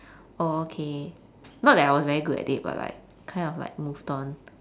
oh okay not that I really was very good at it but like kind of like moved on